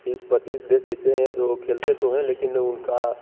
बीस पचीस देश ऐसे हैं जो खेलते तो है लेकिन उनका